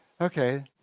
Okay